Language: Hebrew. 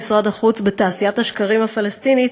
שמשרד החוץ עושה בתעשיית השקרים הפלסטינית,